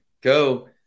go